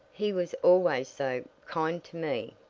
he was always so kind to me.